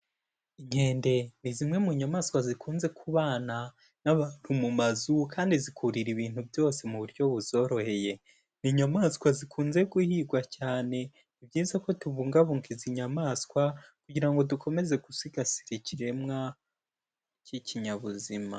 Inkende ni zimwe mu nyamaswa zikunze kubana n'abantu mu mazu kandi zikurira ibintu byose mu buryo buzoroheye, ni inyamaswa zikunze guhigwa cyane, ni byiza ko tubungabunga izi nyamaswa kugira ngo dukomeze gusigasira ikiremwa cy'ikinyabuzima.